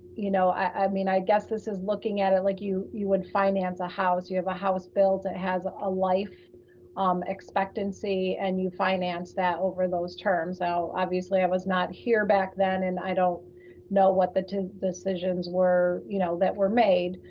you know, i mean, i guess this is looking at it like you you would finance a house, you have a house built, it has a life um expectancy and you finance that over those terms. so obviously i was not here back then, and i don't know what the decisions were you know that were made,